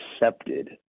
accepted